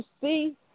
see